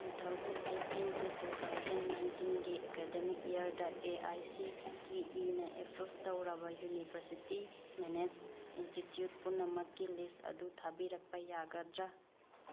two thousand eighteen to two thousand ꯅꯥꯏꯟꯇꯤꯟꯒꯤ academic ꯏꯌꯥꯔꯗ A I C T ꯏꯤꯅ approve ꯇꯧꯔꯕ ꯌꯨꯅꯤꯕꯔꯁꯤꯇꯤ ꯃꯦꯅꯦꯖ ꯏꯟꯁꯇꯤꯇ꯭ꯌꯨꯠ ꯄꯨꯝꯅꯃꯛꯀꯤ ꯂꯤꯁ ꯑꯗꯨ ꯊꯥꯕꯤꯔꯛꯄ ꯌꯥꯒꯗ꯭ꯔꯥ